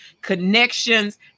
Connections